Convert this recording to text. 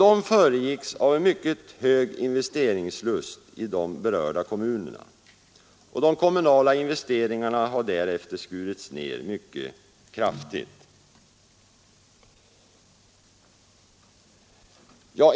De föregicks av en mycket stor investeringslust i de berörda kommunerna, och därefter har de kommunala investeringarna skurits ner mycket kraftigt.